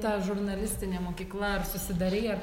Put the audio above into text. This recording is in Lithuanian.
ta žurnalistinė mokykla ar susidarei ar